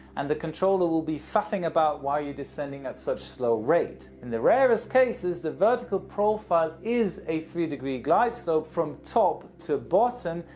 and the controller will be fuffing about why you're descending at such slow rate. in the rarest cases, the vertical profile is a three deg glide slope from top to bottom,